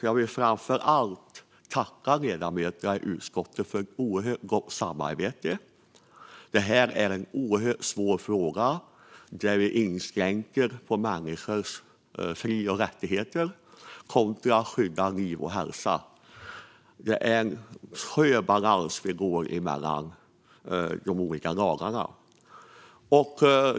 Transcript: Jag vill framför allt tacka ledamöterna i utskottet för ett oerhört gott samarbete. Frågan är väldigt svår, eftersom en inskränkning av människors fri och rättigheter ställs mot skydd av liv och hälsa. Balansgången mellan de olika lagarna är svår.